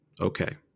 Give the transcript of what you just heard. Okay